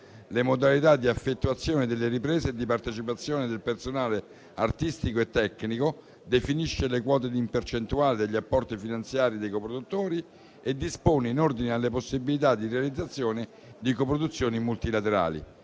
le modalità di effettuazione delle riprese e di partecipazione del personale artistico e tecnico, definisce le quote in percentuale degli apporti finanziari dei coproduttori e dispone in ordine alle possibilità di realizzazione di coproduzioni multilaterali.